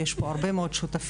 יש פה הרבה מאוד שותפים.